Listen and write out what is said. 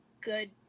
good